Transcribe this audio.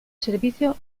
servicio